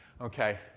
Okay